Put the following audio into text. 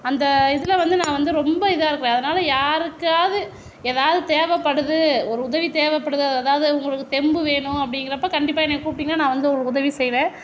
அந்த இதில் வந்து நான் வந்து ரொம்ப இதாக இருக்கிறேன் அதனால யாருக்காவது ஏதாவது தேவைப்படுது ஒரு உதவி தேவைப்படுது ஏதாவது உங்களுக்கு தெம்பு வேணும் அப்படிங்குறப்ப கண்டிப்பாக என்னை கூப்பிட்டீங்கன்னால் நான் வந்து உதவி செய்வேன்